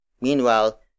Meanwhile